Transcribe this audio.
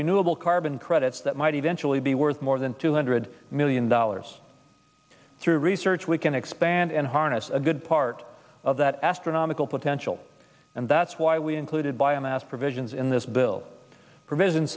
renewable carbon credits that might eventually be worth more than two hundred million dollars through research we can expand and harness a good part of that astronomical potential and that's why we included biomass provisions in this bill provision